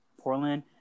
Portland